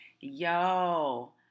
yo